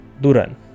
Duran